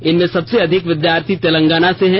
इनमें सबसे अधिक विद्यार्थी तेलंगाना से हैं